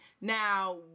Now